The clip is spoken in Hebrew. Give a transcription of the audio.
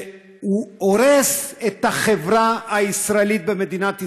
שהורס את החברה הישראלית במדינת ישראל,